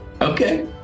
Okay